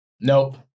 Nope